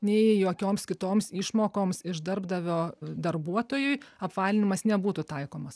nei jokioms kitoms išmokoms iš darbdavio darbuotojui apvalinimas nebūtų taikomas